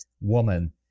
woman